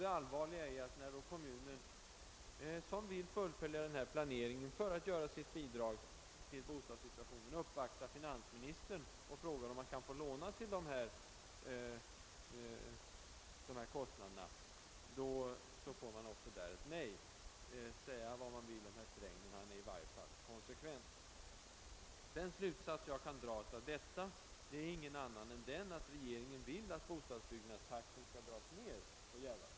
Det allvarliga är att när då kommunen, som vill fullfölja denna planering för att lämna sitt bidrag till lösningen av bostadssituationen, uppvaktar finansministern och frågar om det går att låna till dessa kostnader, blir det även där ett nej. Säga vad man vill om herr Sträng, men han är i varje fall konsekvent. Härav kan jag bara dra den slutsatsen, att regeringen vill att utbyggnadstakten skall sänkas då det gäller Järvafältet.